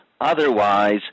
Otherwise